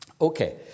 Okay